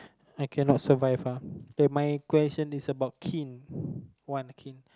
I cannot survive ah my question is about kin one kin